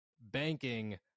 banking